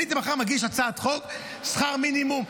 אני הייתי מחר מגיש הצעת חוק שכר מינימום,